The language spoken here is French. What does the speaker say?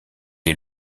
est